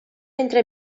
entre